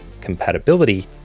compatibility